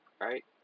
Right